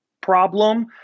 problem